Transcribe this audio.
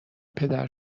پدر